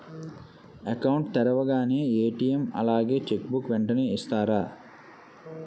Account తెరవగానే ATM అలాగే cheque book వెంటనే ఇస్తారా?